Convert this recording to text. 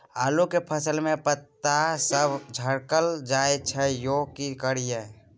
आलू के फसल में पता सब झरकल जाय छै यो की करियैई?